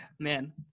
Man